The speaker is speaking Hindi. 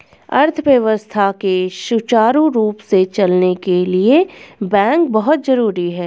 अर्थव्यवस्था के सुचारु रूप से चलने के लिए बैंक बहुत जरुरी हैं